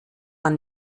man